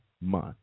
month